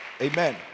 Amen